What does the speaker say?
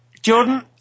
Jordan